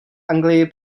anglii